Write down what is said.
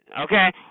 okay